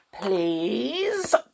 please